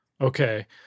Okay